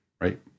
Right